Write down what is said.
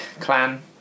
clan